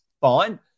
Fine